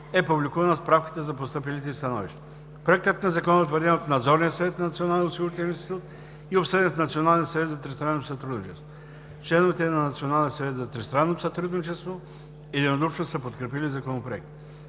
е публикувана справката за постъпилите становища. Законопроектът е утвърден от Надзорния съвет на Националния осигурителен институт и е обсъден в Националния съвет за тристранно сътрудничество. Членовете на Националния съвет за тристранно сътрудничество единодушно са подкрепили Законопроекта.